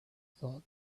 thought